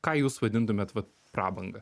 ką jūs vadintumėt vat prabanga